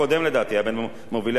הוא היה בין מובילי החוק הבסיסי.